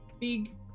big